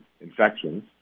infections